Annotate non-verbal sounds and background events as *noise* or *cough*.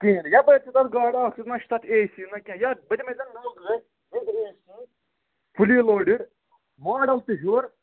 کِہیٖنۍ یپٲرۍ چھ تَتھ گاڑِ اَکھ چھُنہٕ تَتھ اےٚ سی نہٕ کیٚنٛہہ یتھ بہٕ دِمے ژےٚ نٔو گٲڑۍ *unintelligible* فُلی لوڈِڈ ماڈَل تہِ ہیٚور